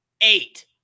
Eight